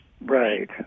Right